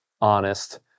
honest